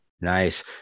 Nice